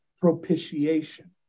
propitiation